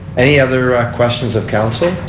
any other questions of council?